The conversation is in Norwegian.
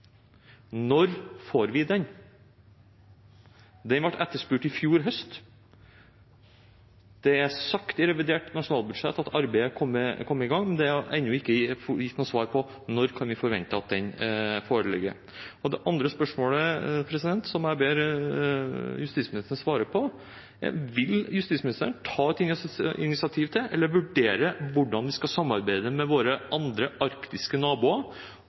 Når får vi den? Den ble etterspurt i fjor høst. Det er sagt i revidert nasjonalbudsjett at arbeidet er kommet i gang, men det er ennå ikke gitt noe svar på når vi kan forvente at den foreligger. Det andre spørsmålet som jeg ber justisministeren svare på, er: Vil justisministeren vurdere hvordan vi skal samarbeide med våre arktiske naboer